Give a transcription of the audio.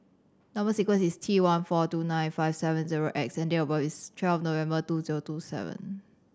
number sequence is T one four two nine five seven zero X and date of birth is twelve November two zero two seven